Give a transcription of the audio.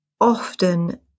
often